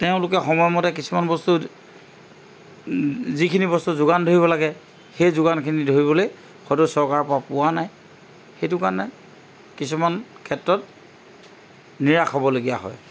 তেওঁলোকে সময়মতে কিছুমান বস্তু যিখিনি বস্তু যোগান ধৰিব লাগে সেই যোগানখিনি ধৰিবলৈ হয়তো চৰকাৰৰ পৰা পোৱা নাই সেইটো কাৰণে কিছুমান ক্ষেত্ৰত নিৰাশ হ'বলগীয়া হয়